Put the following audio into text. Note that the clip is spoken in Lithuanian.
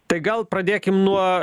tai gal pradėkim nuo